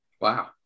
wow